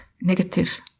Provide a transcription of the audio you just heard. negative